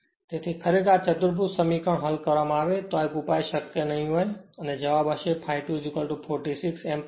તેથી જો ખરેખર આ ચતુર્ભુજ સમીકરણ હલ કરવામાં આવે તો એક ઉપાય શક્ય નહીં હોય અને જવાબ હશે ∅ 2 46 એમ્પીયર